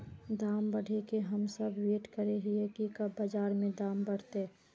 दाम बढ़े के हम सब वैट करे हिये की कब बाजार में दाम बढ़ते?